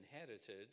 inherited